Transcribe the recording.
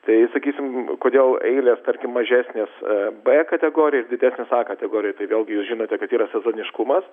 tai sakysim kodėl eilės tarkim mažesnės b kategorijos didesnės a kategorijoje tai vėlgi jūs žinote kad yra sezoniškumas